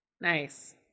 Nice